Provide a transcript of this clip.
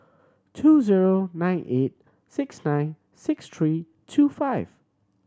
two zero eight nine six nine six three two five